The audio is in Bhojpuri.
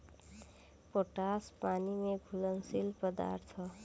पोटाश पानी में घुलनशील पदार्थ ह